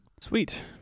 Sweet